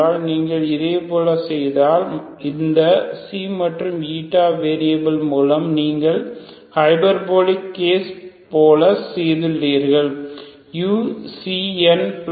நீங்கள் இதை போல செய்தால் இந்த ξ மற்றும் η வெரியபில்கள் மூலம் நீங்கள் ஹைபர்போலிக் கேஸ் போல சேர்த்துள்ளீர்கள் ulower order terms0